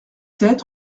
sept